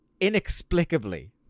inexplicably